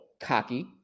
cocky